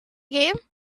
game